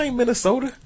Minnesota